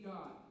God